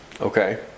Okay